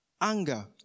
anger